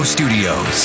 Studios